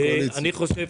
אני חושב